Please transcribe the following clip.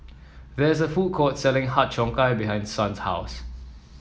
there is a food court selling Har Cheong Gai behind Son's house